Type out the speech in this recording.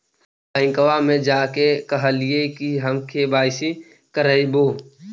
बैंकवा मे जा के कहलिऐ कि हम के.वाई.सी करईवो?